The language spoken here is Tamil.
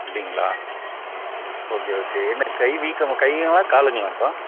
அப்படிங்களா ஓகே ஓகே இல்லை கை வீக்கம் கைங்களா காலுங்களாப்பா